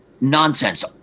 nonsense